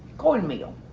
corn meal,